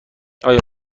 آیا